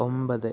ഒമ്പത്